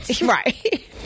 right